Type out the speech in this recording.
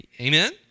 Amen